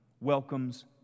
welcomes